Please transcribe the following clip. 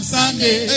Sunday